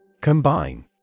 Combine